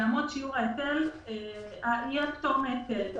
יהיה פטור מהיטל.